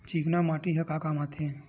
चिकना माटी ह का काम आथे?